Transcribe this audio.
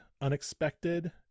unexpected